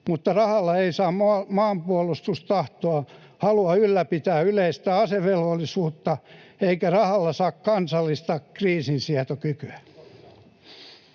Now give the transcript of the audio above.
mutta rahalla ei saa maanpuolustustahtoa ja halua ylläpitää yleistä asevelvollisuutta, eikä rahalla saa kansallista kriisinsietokykyä.